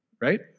Right